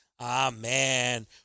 Amen